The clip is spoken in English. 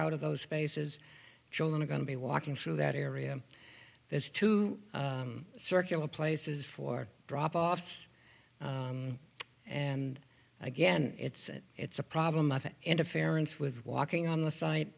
out of those spaces children are going to be walking through that area there's two circular places for drop offs and again it's it's a problem into ferentz with walking on the site